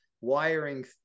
wiring